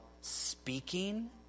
speaking